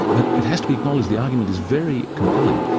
but it has to be acknowledged, the argument is very compelling,